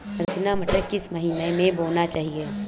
रचना मटर किस महीना में बोना चाहिए?